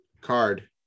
card